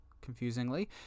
confusingly